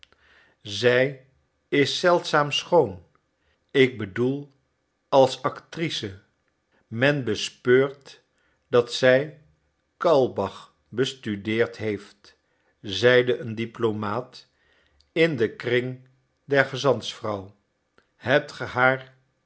zij is zeldzaam schoon ik bedoel als actrice men bespeurt dat zij kaulbach bestudeerd heeft zeide een diplomaat in den kring der gezantsvrouw hebt